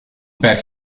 berg